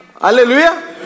Hallelujah